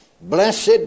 blessed